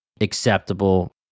acceptable